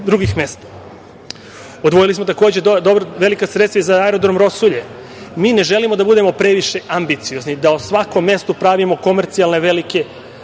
drugih mesta. Odvojili smo takođe velika sredstva i za aerodrom „Rosulje“. Mi ne želimo da budemo previše ambiciozni da o svakom mestu pravimo komercijalne, velike